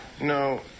No